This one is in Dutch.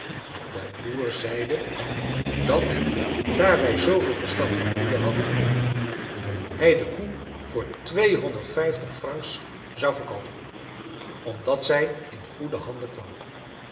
de boer zeide dat daar wij zooveel verstand van koeien hadden hij de koe voor twee honderd vijftig francs zou verkoopen omdat zij in goede handen kwam